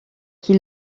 qui